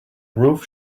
roof